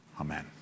amen